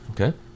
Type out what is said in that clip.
Okay